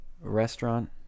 restaurant